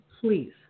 please